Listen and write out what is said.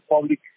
public